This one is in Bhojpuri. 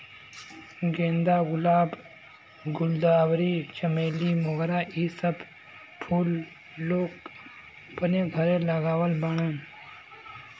गेंदा, गुलाब, गुलदावरी, चमेली, मोगरा इ सब फूल लोग अपने घरे लगावत बाड़न